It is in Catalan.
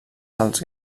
salts